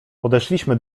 podeszliśmy